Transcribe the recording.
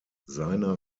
seiner